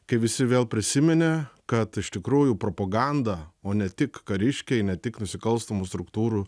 kai visi vėl prisiminė kad iš tikrųjų propaganda o ne tik kariškiai ne tik nusikalstamų struktūrų